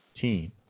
team